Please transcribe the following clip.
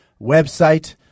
website